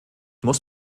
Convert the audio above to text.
muss